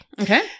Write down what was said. okay